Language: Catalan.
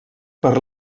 per